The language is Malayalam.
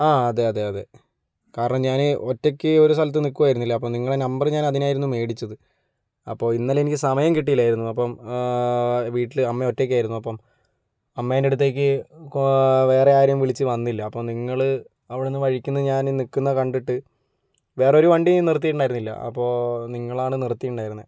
ആ അതെ അതെ അതെ കാരണം ഞാൻ ഒറ്റക്ക് ഒരു സ്ഥലത്ത് നിൽക്കുകയായിരുന്നില്ലേ അപ്പോൾ നിങ്ങളുടെ നമ്പർ അതിനായിരുന്നു മേടിച്ചത് അപ്പോൾ ഇന്നെലെയെനിക്ക് സമയം കിട്ടില്ലായിരുന്നു അപ്പം വീട്ടിൽ അമ്മ ഒറ്റയ്ക്കായിരുന്നു അപ്പം അമ്മേൻ്റെ അടുത്തേക്ക് വേറെയാരും വിളിച്ച് വന്നില്ല അപ്പോൾ നിങ്ങൾ അവിടെ നിന്നു വഴിക്കിൽ നിന്നു ഞാൻ നിൽക്കുന്നത് കണ്ടിട്ട് വേറൊരു വണ്ടിയും നിർത്തിയിട്ടുണ്ടായിരുന്നില്ല അപ്പോൾ നിങ്ങളാണ് നിർത്തിയിട്ടുണ്ടായിരുന്നത്